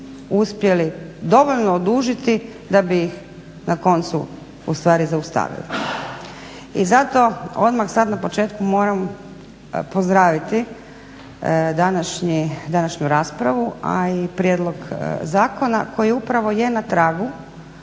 uspjeli dovoljno odužiti, da bi ih na koncu ustvari zaustavili. I zato odmah sad na početku moram pozdraviti današnji, današnju raspravu, a i prijedlog zakona koji upravo je na tragu